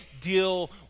deal